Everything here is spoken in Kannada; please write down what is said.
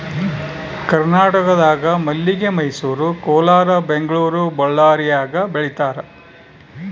ಕರ್ನಾಟಕದಾಗ ಮಲ್ಲಿಗೆ ಮೈಸೂರು ಕೋಲಾರ ಬೆಂಗಳೂರು ಬಳ್ಳಾರ್ಯಾಗ ಬೆಳೀತಾರ